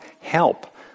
help